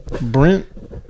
Brent